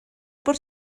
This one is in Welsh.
bod